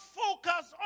focus